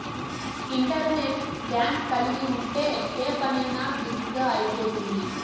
internet bank కలిగి ఉంటే ఏ పనైనా బిరిగ్గా అయిపోతుంది